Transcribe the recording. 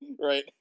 Right